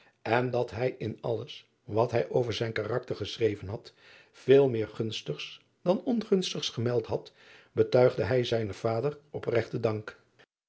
en dat hij in alles wat hij over zijn karakter geschreven had veel meer gunstigs dan ongunstigs gemeld had betuigde hij zijnen vader opregten dank